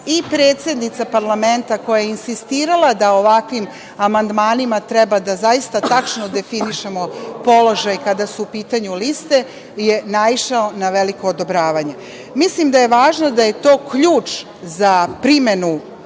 i predsednica parlamenta, koja je insistirala da ovakvim amandmanima treba zaista tačno da definišemo položaj kada su u pitanju liste, je naišao na veliko odobravanje. Mislim da je važno da je to ključ za primenu,